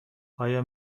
آیا